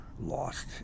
lost